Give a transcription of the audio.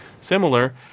similar